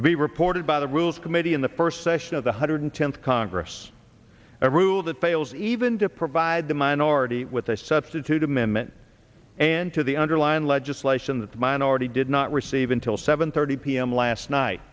to be reported by the rules committee in the first session of the hundred tenth congress a rule that fails even to provide the minority with a substitute amendment and to the underlying legislation that the minority did not receive until seven thirty p m last night